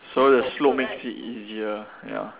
so the slope makes it easier ya